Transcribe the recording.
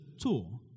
tool